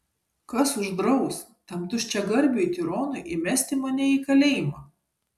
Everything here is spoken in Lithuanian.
kas uždraus tam tuščiagarbiui tironui įmesti mane į kalėjimą